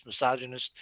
misogynist